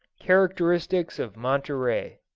characteristics of monterey